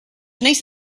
nice